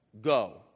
go